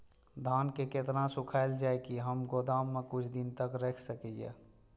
धान के केतना सुखायल जाय की हम गोदाम में कुछ दिन तक रख सकिए?